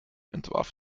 entwarf